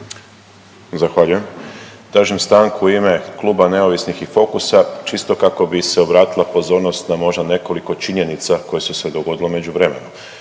Zahvaljujem. Tražim stanku u ime Kluba neovisnih i Fokusa čisto kako bi se obratila pozornost na možda nekoliko činjenica koje su se dogodile u međuvremenu.